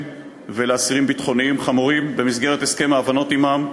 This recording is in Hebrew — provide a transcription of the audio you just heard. ולאסירים ביטחוניים חמורים במסגרת הסכם ההבנות עמם,